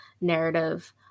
narrative